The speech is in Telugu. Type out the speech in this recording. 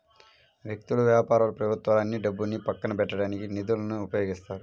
వ్యక్తులు, వ్యాపారాలు ప్రభుత్వాలు అన్నీ డబ్బును పక్కన పెట్టడానికి నిధులను ఉపయోగిస్తాయి